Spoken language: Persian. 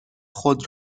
خود